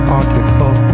article